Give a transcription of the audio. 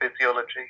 physiology